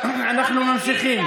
אנחנו ממשיכים.